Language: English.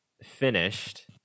finished